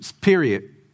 period